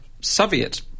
Soviet